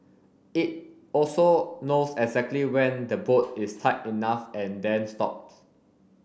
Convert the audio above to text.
it also knows exactly when the bolt is tight enough and then stops